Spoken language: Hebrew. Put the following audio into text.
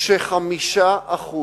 כש-5%